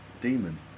demon